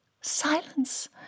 silence